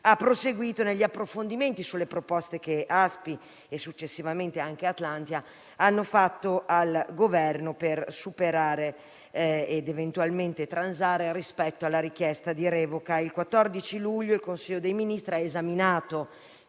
hanno proseguito negli approfondimenti sulle proposte che la società Aspi e successivamente anche Atlantia hanno fatto al Governo per superare, ed eventualmente transare, la richiesta di revoca. Il 14 luglio il Consiglio dei ministri ha esaminato